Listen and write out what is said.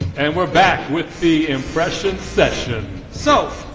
and we're back with the impression session so,